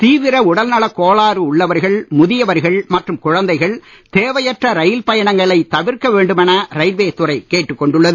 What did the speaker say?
தீவிர உடல்நலக் கோளாறு உள்ளவர்கள் முதியவர்கள் மற்றும் குழந்தைகள் தேவையற்ற ரயில் பயணங்களைத் தவிர்க்க வேண்டுமென ரயில்வே துறை கேட்டுக்கொண்டுள்ளது